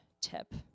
tip